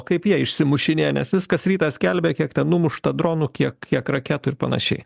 kaip jie išsimušinėja nes vis kas rytą skelbia kiek ten numušta dronų kiek kiek raketų ir panašiai